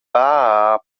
bab